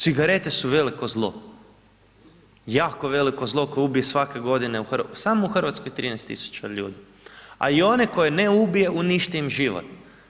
Cigarete su veliko zlo, jako veliko zlo koje ubije svake godine samo u Hrvatskoj 13.000 ljudi, a i one koje ne ubije uništi im život.